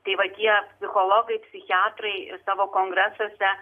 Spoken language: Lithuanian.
tai va tie psichologai psichiatrai savo kongresuose